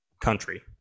country